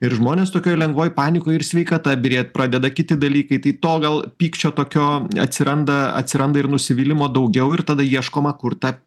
ir žmonės tokioj lengvoj panikoj ir sveikata byrėt pradeda kiti dalykai tai to gal pykčio tokio atsiranda atsiranda ir nusivylimo daugiau ir tada ieškoma kur tą